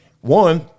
one –